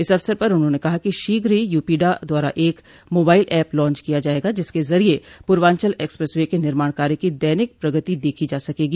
इस अवसर पर उन्होंने कहा कि शीघ्र ही यूपीडा द्वारा एक मोबाइल एप लांच किया जायेगा जिसके जरिये पूर्वांचल एक्सप्रेस वे के निर्माण कार्य की दैनिक प्रगति देखी जा सकेगी